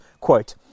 quote